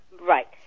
Right